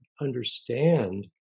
Understand